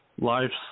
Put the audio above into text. life's